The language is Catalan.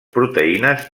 proteïnes